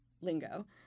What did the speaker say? lingo